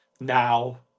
now